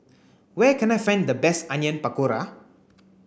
where can I find the best Onion Pakora